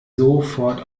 sofort